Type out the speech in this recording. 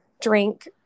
drink